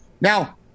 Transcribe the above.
Now